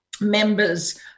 members